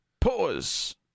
Pause